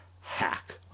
Hack